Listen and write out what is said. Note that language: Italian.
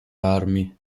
armi